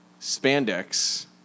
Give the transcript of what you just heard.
spandex